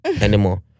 anymore